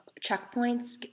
checkpoints